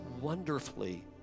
wonderfully